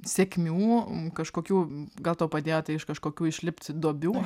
sėkmių kažkokių gal tau padėjo tai iš kažkokių išlipt duobių